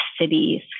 cities